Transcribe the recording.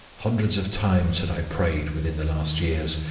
hundreds of times had i prayed, within the last years,